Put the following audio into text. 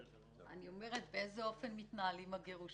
באיזה אופן מתנהלים הגירושין?